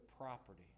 property